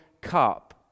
cup